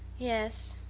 yes,